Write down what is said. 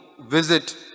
visit